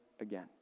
again